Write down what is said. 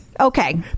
Okay